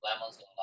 lemons